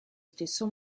stesso